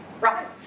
Right